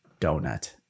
donut